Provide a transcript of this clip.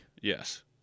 Yes